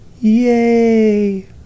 Yay